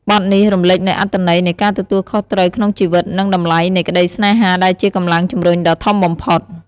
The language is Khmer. បទនេះរំលេចនូវអត្ថន័យនៃការទទួលខុសត្រូវក្នុងជីវិត និងតម្លៃនៃក្តីស្នេហាដែលជាកម្លាំងជំរុញដ៏ធំបំផុត។